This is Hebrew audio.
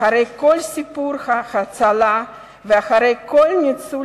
מאחורי כל סיפור הצלה ומאחורי כל ניצול